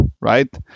right